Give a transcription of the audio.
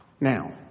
Now